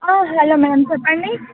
hello ma'am చెప్పండి